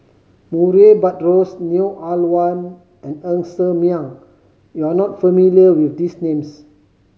Murray Buttrose Neo Ah Luan and Ng Ser Miang you are not familiar with these names